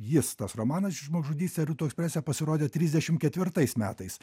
jis tas romanas žmogžudystė rytų eksprese pasirodė trisdešimt ketvirtais metais